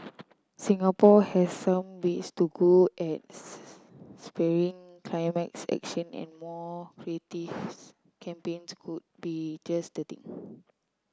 Singapore has some ways to go at spurring climates action and more creatives campaigns could be just the thing